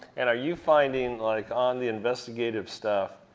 and are you finding like on the investigative stuff,